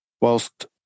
Whilst